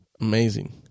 Amazing